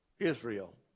Israel